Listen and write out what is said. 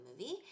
movie